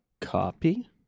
copy